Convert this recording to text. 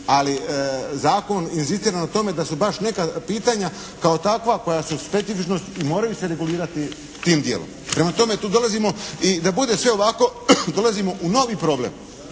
Ali zakon inzistira na tome da su baš neka pitanja kao takva koja su specifičnost i moraju se regulirati tim dijelom. Prema tome tu dolazimo i da bude sve ovako dolazimo u novi problem.